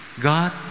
God